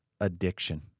addiction